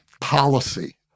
policy